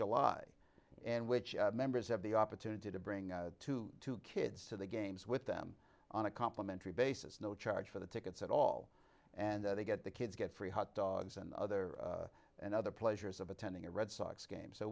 july and which members have the opportunity to bring two two kids to the games with them on a complimentary basis no charge for the tickets at all and they get the kids get free hotdogs and other and other pleasures of attending a red sox game so